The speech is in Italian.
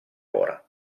ora